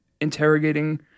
interrogating